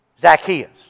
Zacchaeus